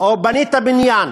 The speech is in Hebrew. או בנית בניין